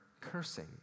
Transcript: cursing